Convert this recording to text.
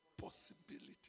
possibility